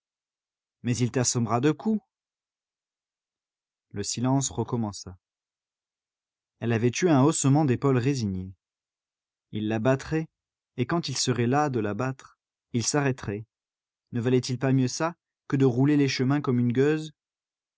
mais il t'assommera de coups le silence recommença elle avait eu un haussement d'épaules résigné il la battrait et quand il serait las de la battre il s'arrêterait ne valait-il pas mieux ça que de rouler les chemins comme une gueuse